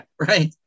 right